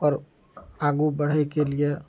आओर आगू बढ़यके लिये